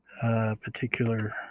Particular